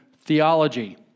theology